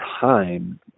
time